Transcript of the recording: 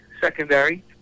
secondary